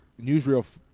newsreel